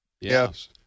Yes